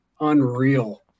unreal